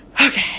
okay